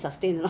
oh is it